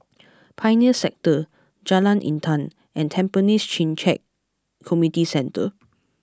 Pioneer Sector Jalan Intan and Tampines Changkat Community Centre